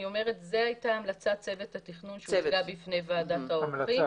אני אומרת שזו הייתה המלצת צוות התכנון שהוצגה בפני ועדת העורכים